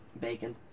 bacon